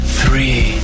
three